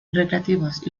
recreativas